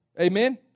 Amen